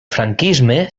franquisme